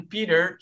Peter